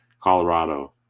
Colorado